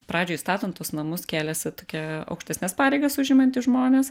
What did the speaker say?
pradžioj statant tuos namus kėlėsi tokie aukštesnes pareigas užimantys žmonės